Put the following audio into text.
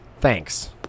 Thanks